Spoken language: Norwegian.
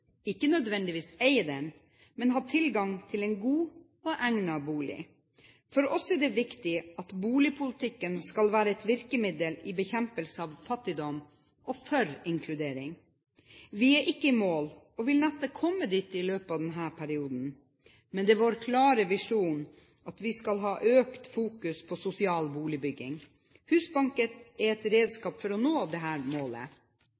ikke nødvendigvis eie den, men ha tilgang til en god og egnet bolig. For oss er det viktig at boligpolitikken skal være et virkemiddel i bekjempelse av fattigdom og for inkludering. Vi er ikke i mål og vil neppe komme dit i løpet av denne perioden, men det er vår klare visjon at vi skal ha økt fokus på sosial boligbygging. Husbanken er et redskap for å nå dette målet.